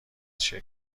شکل